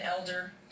elder